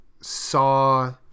saw